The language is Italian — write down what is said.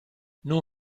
non